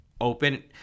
open